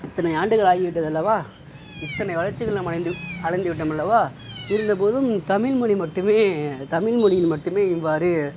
இத்தனை ஆண்டுகள் ஆகிவிட்டது அல்லவா இத்தனை வளர்ச்சிகள் நம்ம அடைந்து அடைந்து விட்டோம் அல்லவா இருந்த போதும் தமிழ் மொழி மட்டுமே தமிழ் மொழியில் மட்டுமே இவ்வாறு